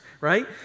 right